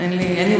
אין לי מושג.